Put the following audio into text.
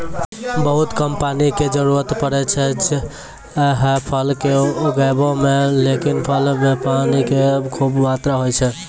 बहुत कम पानी के जरूरत पड़ै छै है फल कॅ उगाबै मॅ, लेकिन फल मॅ पानी के खूब मात्रा होय छै